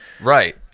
Right